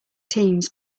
teams